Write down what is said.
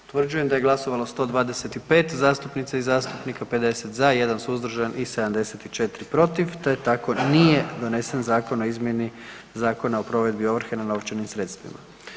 Utvrđujem da je glasovalo 125 zastupnica i zastupnika, 50 za, 1 suzdržan i 74 protiv te tako nije donesen Zakon o izmjeni Zakona o provedbi ovrhe na novčanim sredstvima.